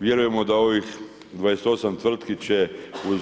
Vjerujemo da ovih 28 tvrtki će uz